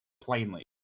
plainly